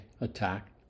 attacked